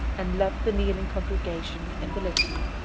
and led the kneeling congregation in the litany.